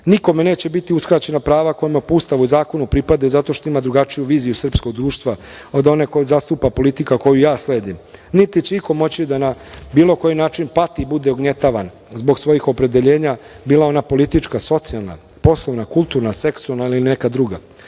neće biti uskraćena prava koja mu po Ustavu i zakonu pripadaju zato što ima drugačiju viziju srpskog društva, od one koje zastupa politika koju ja sledim, niti će iko moći da na bilo koji način pati i bude ugnjetavan zbog svojih opredeljenja, bila ona politička, socijalna, poslovna, kulturna, seksualna ili neka druga.U